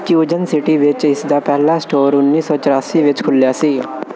cuisine City ਵਿੱਚ ਇਸ ਦਾ ਪਹਿਲਾ ਸਟੋਰ ਉੱਨੀ ਸੌ ਚੁਰਾਸੀ ਵਿੱਚ ਖੁੱਲ੍ਹਿਆ ਸੀ